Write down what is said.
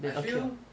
I feel